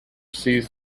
sees